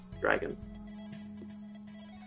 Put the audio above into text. dragon